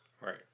Right